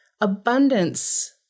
abundance